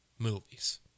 movies